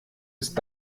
ist